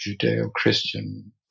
Judeo-Christian